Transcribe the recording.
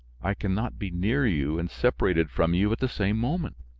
i can not be near you and separated from you at the same moment.